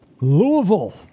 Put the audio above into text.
Louisville